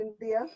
India